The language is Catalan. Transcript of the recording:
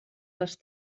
les